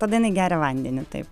tada jinai geria vandenį taip